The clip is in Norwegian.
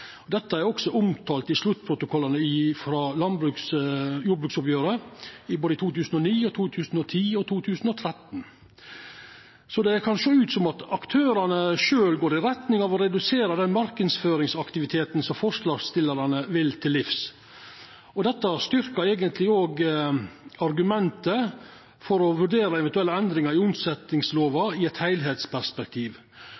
marknadsføring. Dette er også omtala i sluttprotokollane frå jordbruksoppgjeret både i 2009, i 2010 og i 2013. Det kan sjå ut som at aktørane sjølve går i retning av å redusera den marknadsføringsaktiviteten som forslagsstillarane vil til livs, og dette styrkjer eigentleg argumentet for å vurdera eventuelle endringar i